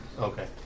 Okay